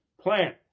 plan